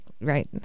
Right